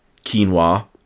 quinoa